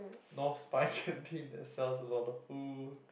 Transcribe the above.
North Spine canteen that sells a lot of food